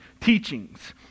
teachings